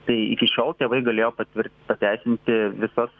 tai iki šiol tėvai galėjo patvirtint pateisinti visas